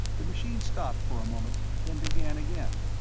the machine stopped for a moment, then began again.